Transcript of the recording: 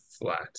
flat